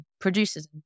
producers